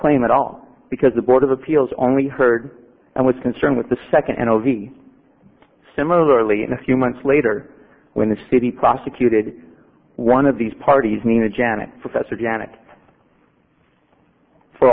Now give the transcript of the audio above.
claim at all because the board of appeals only heard and was concerned with the second and similarly in a few months later when the city prosecuted one of these parties nina janet professor janet for